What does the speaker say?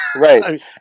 Right